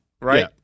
right